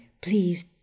please